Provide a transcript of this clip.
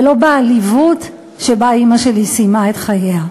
ולא בעליבות שבה אימא שלי סיימה את חייה.